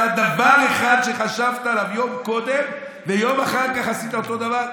לא היה דבר אחד שחשבת עליו יום קודם ויום אחר כך עשית אותו דבר?